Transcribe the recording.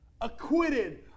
Acquitted